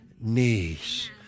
knees